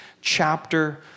chapter